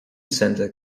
center